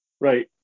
Right